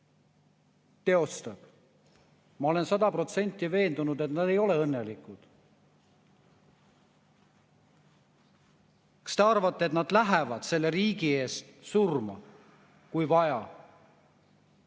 teostab? Ma olen sada protsenti veendunud, et nad ei ole õnnelikud. Kas te arvate, et nad läheksid selle riigi eest surma, kui seda